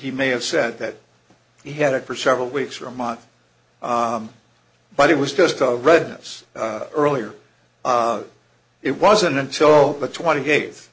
he may have said that he had it for several weeks or a month but it was just a redness earlier it wasn't until the twenty eighth